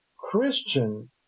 Christian